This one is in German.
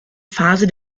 phase